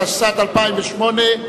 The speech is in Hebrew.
התשס"ט 2008,